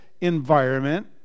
environment